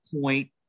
point